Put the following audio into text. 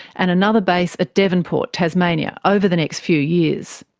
and another base at devonport, tasmania, over the next few years.